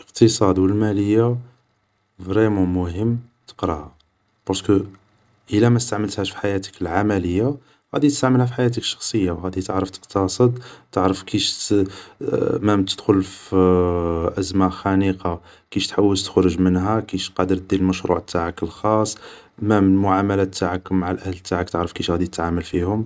الاقتصاد و المالية فريمون مهم تقراهم, بارسكو ادا ماستعملتهاش في حياتك العملية, غادي تستعملها في حياتك الشخصية, غادي تعرف تقتصد تعرف كيش مام تدخل في ازمة خانقة كيش تحوس تخرج منها, كيش قادر دير مشروع تاعك الخاص, مام المعاملات تاعك مع الاهل تاعك تعرف كيش غادي تتعامل فيهم